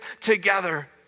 together